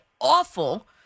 awful